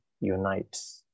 unites